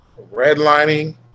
Redlining